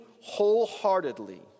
wholeheartedly